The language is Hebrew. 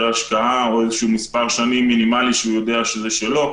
ההשקעה או איזשהם מס' שנים מינימלי שהוא יודע שזה שלו.